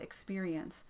experience